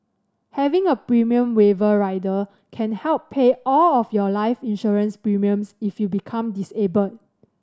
having a premium waiver rider can help pay all of your life insurance premiums if you become disabled